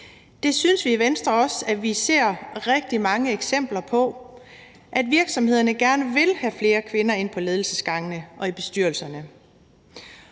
Vi synes i Venstre, at vi også ser rigtig mange eksempler på, at virksomhederne gerne vil have flere kvinder ind på ledelsesgangene og i bestyrelserne,